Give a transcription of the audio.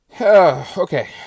Okay